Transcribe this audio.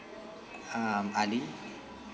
um ali